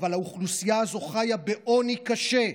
אבל "האוכלוסייה הזאת חיה בעוני קשה,